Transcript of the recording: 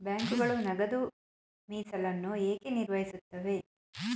ಬ್ಯಾಂಕುಗಳು ನಗದು ಮೀಸಲನ್ನು ಏಕೆ ನಿರ್ವಹಿಸುತ್ತವೆ?